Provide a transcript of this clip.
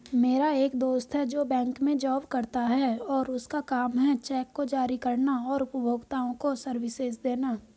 मेरा एक दोस्त है जो बैंक में जॉब करता है और उसका काम है चेक को जारी करना और उपभोक्ताओं को सर्विसेज देना